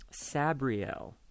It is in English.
Sabriel